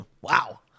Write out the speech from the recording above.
Wow